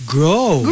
Grow